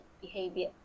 behavior